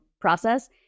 process